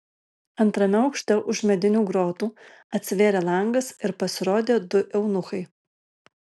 antrame aukšte už medinių grotų atsivėrė langas ir pasirodė du eunuchai